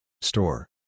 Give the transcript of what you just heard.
Store